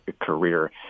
career